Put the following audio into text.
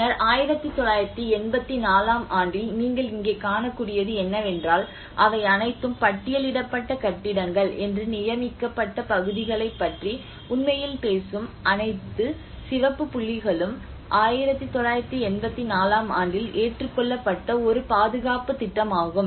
பின்னர் 1984 ஆம் ஆண்டில் நீங்கள் இங்கே காணக்கூடியது என்னவென்றால் அவை அனைத்தும் பட்டியலிடப்பட்ட கட்டிடங்கள் என்று நியமிக்கப்பட்ட பகுதிகளைப் பற்றி உண்மையில் பேசும் அனைத்து சிவப்பு புள்ளிகளும் 1984 ஆம் ஆண்டில் ஏற்றுக்கொள்ளப்பட்ட ஒரு பாதுகாப்புத் திட்டம் ஆகும்